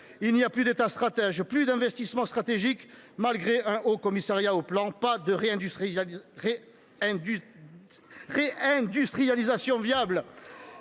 Il n’y a plus d’État stratège, plus d’investissement stratégique, malgré un haut commissariat au plan, pas de réindustrialisation viable,